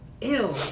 ew